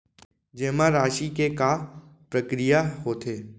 जेमा राशि के का प्रक्रिया होथे?